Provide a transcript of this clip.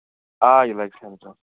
آ یہِ لَگہِ سیم سنٛگ